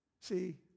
See